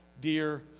dear